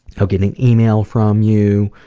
i'll get an email from you.